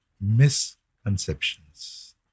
misconceptions